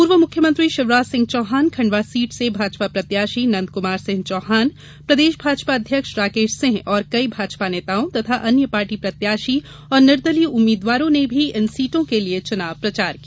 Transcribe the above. पूर्व मुख्यमंत्री शिवराज सिंह चौहान खंडवा सीट से भाजपा प्रत्याशी नंदकुमार सिंह चौहान प्रदेश भाजपा अध्यक्ष राकेश सिंह और कई भाजपा नेताओं तथा अन्य पार्टी प्रत्याशी और निर्दलीय उम्मीदवारों ने भी इन सीटों के लिये चुनाव प्रचार किया